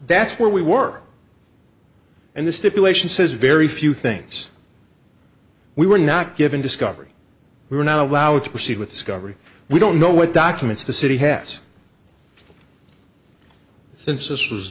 that's where we work and the stipulation says very few things we were not given discovery we were not allowed to proceed with discovery we don't know what documents the city has since this was